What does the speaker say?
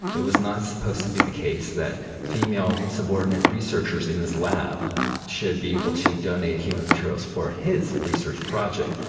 it was not supposed to be the case that female subordinate researchers in this lab should be able to donate human materials for his research project.